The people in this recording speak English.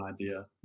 idea